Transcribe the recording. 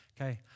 Okay